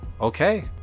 Okay